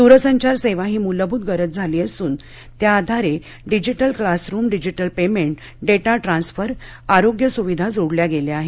दूरसंचार सेवा ही मुलभूत गरज झाली असून त्या आधारे digital classroom digital payment data transfer आरोग्य सुविधा जोडल्या गेल्या आहेत